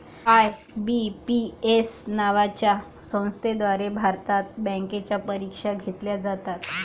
IBPS नावाच्या संस्थेद्वारे भारतात बँकांच्या परीक्षा घेतल्या जातात